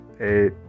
eight